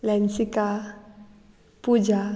Lansika Puja